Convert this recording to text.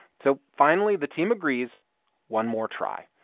so finally, the team agrees one more try.